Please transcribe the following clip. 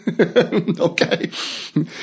Okay